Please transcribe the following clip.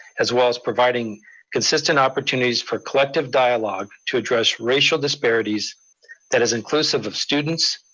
as well as providing consistent opportunities for collective dialogue to address racial disparities that is inclusive of students,